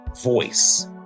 voice